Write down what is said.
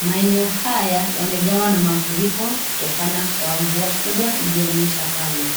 Maeneo haya yamejawa na mafuriko kutokana kwa mvua kubwa iliyonyesha pale.